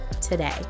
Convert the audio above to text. today